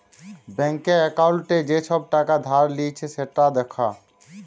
ব্যাংকে একাউল্টে যে ছব টাকা ধার লিঁয়েছে সেট দ্যাখা